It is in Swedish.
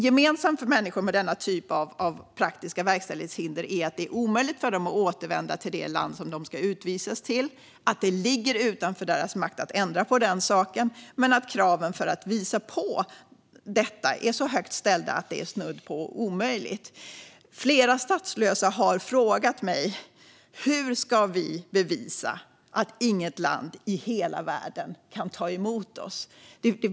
Gemensamt för människor med denna typ av praktiska verkställighetshinder är att det är omöjligt för dem att återvända till det land som de ska utvisas till. Det ligger utanför deras makt att ändra på den saken, men kraven för att visa detta är så högt ställda att det är snudd på omöjligt. Flera statslösa har frågat mig: Hur ska vi bevisa att inget land i hela världen kan ta emot oss?